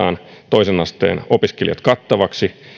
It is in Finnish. toisen asteen opiskelijat kattavaksi